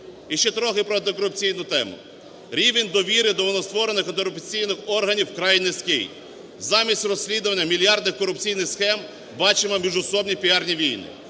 І ще трохи про антикорупційну тему. Рівень довіри до новостворених антикорупційних органів вкрай низький. Замість розслідування мільярдів корупційних схем бачимо міжусобні піарні війни.